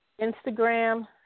Instagram